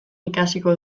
ikasiko